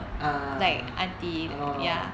uh ah lor ah lor ah lor